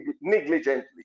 negligently